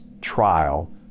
trial